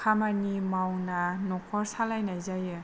खामानि मावना न'खर सालायनाय जायो